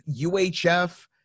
UHF